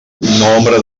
nombre